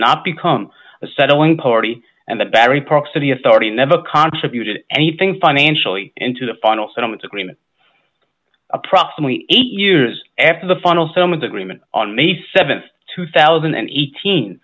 not become a settling party and the battery park city authority never contribution anything financially into the final settlement agreement approximately eight years after the final settlement agreement on may th two thousand and eighteen